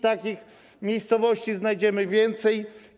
Takich miejscowości znajdziemy więcej.